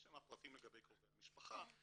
יש שם פרטים לגבי קרובי המשפחה.